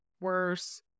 worse